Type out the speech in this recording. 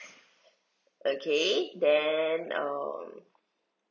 okay then um